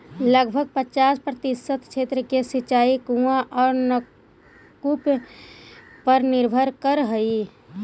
लगभग पचास प्रतिशत क्षेत्र के सिंचाई कुआँ औ नलकूप पर निर्भर करऽ हई